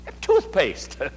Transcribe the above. toothpaste